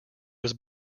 was